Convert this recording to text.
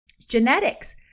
Genetics